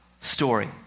story